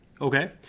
Okay